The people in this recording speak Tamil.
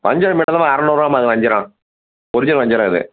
வஞ்சிரம் மீன்லாம்மா அறநூறுவாம்மா இது வஞ்சிரம் ஒரிஜினல் வஞ்சிரம் இது